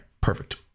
perfect